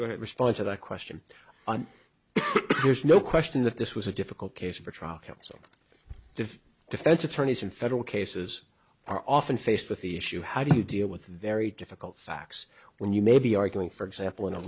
just respond to that question and there's no question that this was a difficult case for trial counsel to defense attorneys in federal cases are often faced with the issue how do you deal with very difficult facts when you may be arguing for example in a